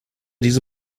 diese